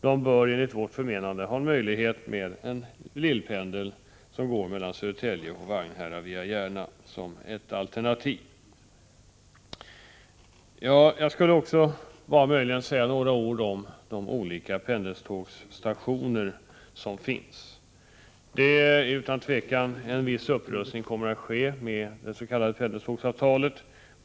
De bör, enligt vårt förmenande, ha tillgång till en lillpendel mellan Södertälje och Vagnhärad via Järna, som ett alternativ. Jag skulle också vilja säga några ord om de olika pendeltågsstationer som finns. En viss upprustning kommer att ske genom det s.k. pendeltågsavtalet.